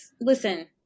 Listen